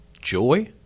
joy